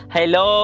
Hello